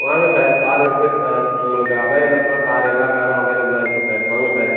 வாங்க sir car இருக்குது sir உங்களுக்கு அவைலபுளா கார் எல்லா காரும் அவைலபுளாக இருக்குது சார் வாங்க சார்